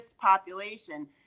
population